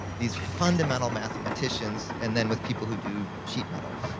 these fundamental mathematicians, and then with people who do sheet metal.